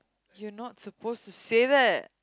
you're not supposed to say that